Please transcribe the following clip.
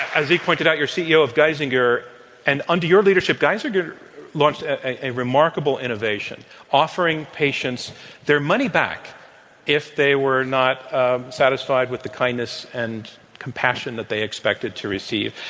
as zeke pointed out, your ceo of geisinger and under your leadership, geisinger launched a remarkable innovation offering patients their money back if they were not satisfied with the kindness and compassion that they expected to receive.